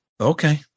okay